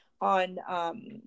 on